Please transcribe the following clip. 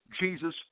jesus